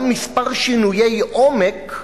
גם מספר שינויי עומק,